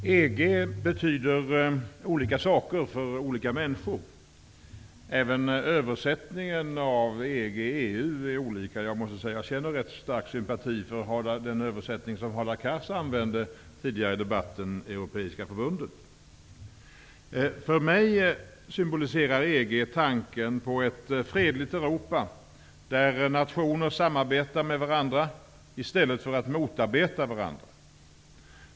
Herr talman! EG betyder olika saker för olika människor. Även översättningarna av EG/EU är olika. Jag måste säga att jag känner rätt stark sympati för den översättning som Hadar Cars använde tidigare i debatten, Europeiska förbundet. För mig symboliserar EG tanken på ett fredligt Europa, där nationer samarbetar med varandra i stället för att motarbeta varandra.